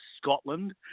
Scotland